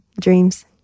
Dreams